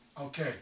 Okay